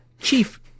chief